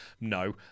No